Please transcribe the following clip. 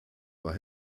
war